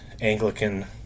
Anglican